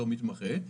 לא מתמחה,